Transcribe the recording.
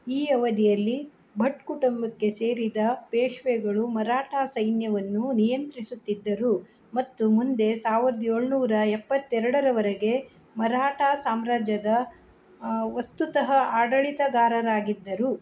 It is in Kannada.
ಈ ಅವಧಿಯಲ್ಲಿ ಭಟ್ ಕುಟುಂಬಕ್ಕೆ ಸೇರಿದ ಪೇಶ್ವೆಗಳು ಮರಾಠ ಸೈನ್ಯವನ್ನು ನಿಯಂತ್ರಿಸುತ್ತಿದ್ದರು ಮತ್ತು ಮುಂದೆ ಸಾವಿರದ ಏಳ್ನೂರ ಎಪ್ಪತ್ತೆರಡರವರೆಗೆ ಮರಾಠ ಸಾಮ್ರಾಜ್ಯದ ವಸ್ತುತಃ ಆಡಳಿತಗಾರರಾಗಿದ್ದರು